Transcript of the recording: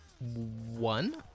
One